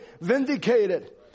vindicated